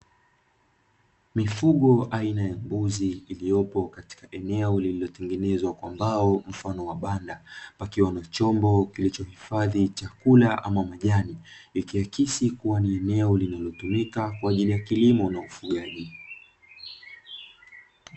Mifugo aina ya mbuzi iliyopo katika eneo lililotengenezwa kwa mbao mfano wa banda, wakiwa na chombo kilichohifadhi chakula ama majani ikiakisi kuwa ni eneo linalotumika kwa ajili ya kilimo na ufugaji.